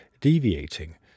deviating